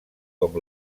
com